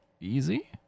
easy